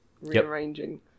rearranging